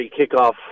kickoff